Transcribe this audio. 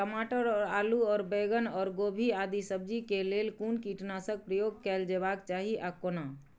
टमाटर और आलू और बैंगन और गोभी आदि सब्जी केय लेल कुन कीटनाशक प्रयोग कैल जेबाक चाहि आ कोना?